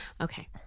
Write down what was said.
Okay